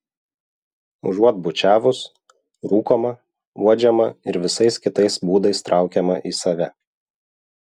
užuot bučiavus rūkoma uodžiama ir visais kitais būdais traukiama į save